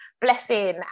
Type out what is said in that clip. Blessing